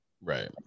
Right